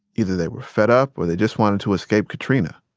either they were fed up, or they just wanted to escape katrina.